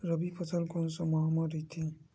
रबी फसल कोन सा माह म रथे?